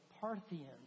Parthians